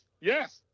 yes